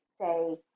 say